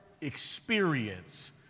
experience